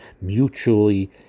mutually